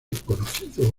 conocido